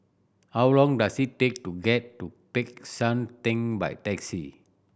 how long does it take to get to Peck San Theng by taxi